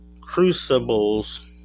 crucibles